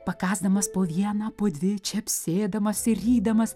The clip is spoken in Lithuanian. pakasdamas po vieną po dvi čepsėdamas ir rydamas